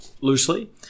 loosely